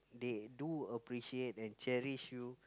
they do appreciate and cherish you